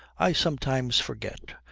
i sometimes forget.